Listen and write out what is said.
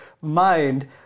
mind